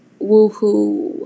woohoo